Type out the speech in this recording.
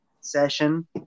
session